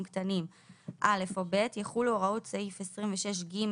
קטנים (א) או (ב) יחולו הוראות סעיף 26ג(ב),